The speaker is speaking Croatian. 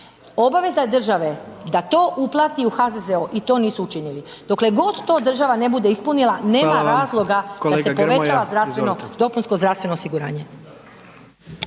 Obaveza države da to uplati u HZZO i to nisu učinili. Dokle god to država ne bude ispunila …/Upadica: Hvala vam./… nema razloga da se povećava zdravstveno, dopunsko zdravstveno osiguranje.